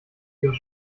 ihre